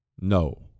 No